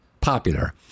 popular